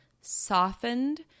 softened